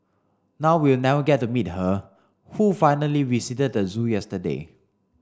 now we'll never get to meet her who finally visited the zoo yesterday